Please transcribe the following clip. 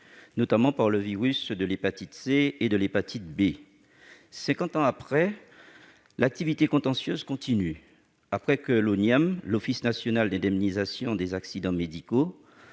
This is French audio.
notamment par les virus de l'hépatite C et de l'hépatite B. Cinquante ans après, l'activité contentieuse continue. Alors que l'Office national d'indemnisation des accidents médicaux